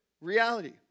reality